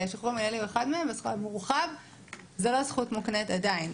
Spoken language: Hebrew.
ושחרור מינהלי הוא אחד מהם --- זה לא זכות מוקנית עדיין.